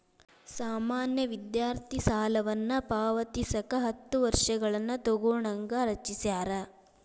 ಸಾಮಾನ್ಯ ವಿದ್ಯಾರ್ಥಿ ಸಾಲವನ್ನ ಪಾವತಿಸಕ ಹತ್ತ ವರ್ಷಗಳನ್ನ ತೊಗೋಣಂಗ ರಚಿಸ್ಯಾರ